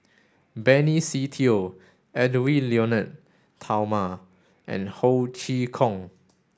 Benny Se Teo Edwy Lyonet Talma and Ho Chee Kong